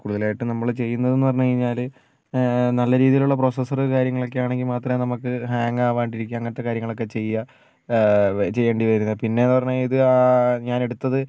കൂടുതലായിട്ടും നമ്മള് ചെയ്യുന്നതെന്ന് പറഞ്ഞ് കഴിഞ്ഞാല് നല്ല രീതിയിലുള്ള പ്രൊസസ്സർ കാര്യങ്ങളൊക്കെ ആണെങ്കിൽ മാത്രമേ നമുക്ക് ഹാങ്ങ് ആകാതിരിക്കുക അങ്ങനത്തെ കാര്യങ്ങളൊക്കെ ചെയ്യുക ചെയ്യേണ്ടി വരുന്നത് പിന്നെന്ന് പറഞ്ഞാൽ ഇത് ഞാൻ എടുത്തത്